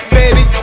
baby